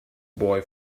boy